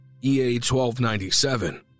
EA-1297